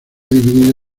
dividido